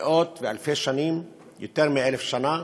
מאות ואלפי שנים, יותר מאלף שנה,